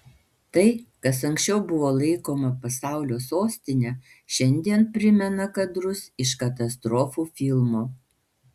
tai kas anksčiau buvo laikoma pasaulio sostine šiandien primena kadrus iš katastrofų filmo